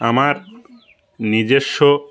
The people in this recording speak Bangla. আমার নিজস্ব